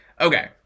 Okay